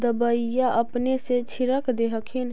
दबइया अपने से छीरक दे हखिन?